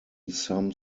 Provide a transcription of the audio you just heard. some